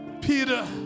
Peter